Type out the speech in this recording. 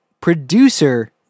producer